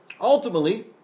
Ultimately